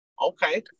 Okay